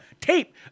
tape